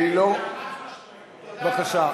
בבקשה.